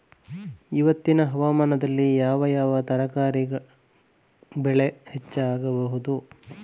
ಇವತ್ತಿನ ಹವಾಮಾನದಲ್ಲಿ ಯಾವ ಯಾವ ತರಕಾರಿ ಬೆಳೆ ಹೆಚ್ಚಾಗಬಹುದು?